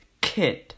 kit